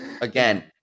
again